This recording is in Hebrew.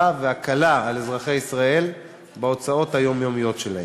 והקלה על אזרחי ישראל בהוצאות היומיומיות שלהם.